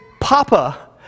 Papa